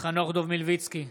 חנוך דב מלביצקי,